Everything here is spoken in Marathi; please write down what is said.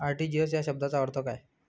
आर.टी.जी.एस या शब्दाचा अर्थ काय?